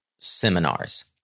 seminars